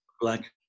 black